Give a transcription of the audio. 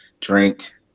drink